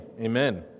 Amen